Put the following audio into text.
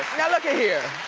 now, look it here.